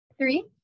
Three